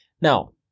Now